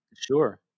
Sure